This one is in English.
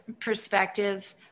perspective